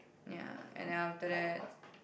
ya and after that